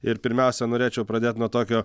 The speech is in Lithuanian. ir pirmiausia norėčiau pradėt nuo tokio